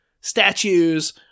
statues